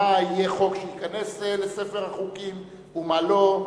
מה יהיה החוק שייכנס לספר החוקים ומה לא,